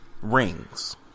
Rings